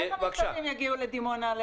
ואיך המכתבים יגיעו לדימונה?